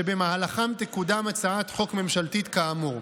ובמהלכם תקודם הצעת חוק ממשלתית כאמור.